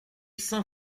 saint